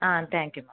ah thank you ma'am